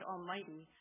Almighty